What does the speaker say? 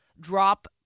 drop